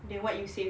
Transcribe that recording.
than what you save